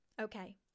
Okay